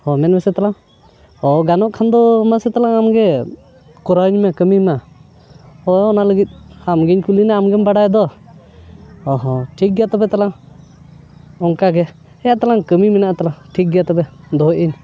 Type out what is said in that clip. ᱦᱳᱭ ᱢᱮᱱᱢᱮᱥᱮ ᱛᱟᱞᱟᱝ ᱚ ᱜᱟᱱᱚᱜ ᱠᱷᱟᱱ ᱫᱚ ᱢᱟᱥᱮ ᱛᱟᱞᱟᱝ ᱟᱢᱜᱮ ᱠᱚᱨᱟᱣᱟᱹᱧ ᱢᱮ ᱠᱟᱹᱢᱤ ᱢᱟ ᱦᱳᱭ ᱚᱱᱟ ᱞᱟᱹᱜᱤᱫ ᱟᱢᱜᱤᱧ ᱠᱩᱞᱤᱱᱟ ᱟᱢᱜᱮᱢ ᱵᱟᱲᱟᱭ ᱫᱚ ᱚᱦᱚ ᱴᱷᱤᱠ ᱜᱮᱭᱟ ᱛᱚᱵᱮ ᱛᱟᱞᱟᱝ ᱚᱱᱠᱟᱜᱮ ᱦᱮᱸ ᱛᱟᱞᱟᱝ ᱠᱟᱹᱢᱤ ᱢᱮᱱᱟᱜᱼᱟ ᱛᱟᱞᱟᱝ ᱴᱷᱤᱠ ᱜᱮᱭᱟ ᱛᱚᱵᱮ ᱫᱚᱦᱚᱭᱮᱫᱟᱹᱧ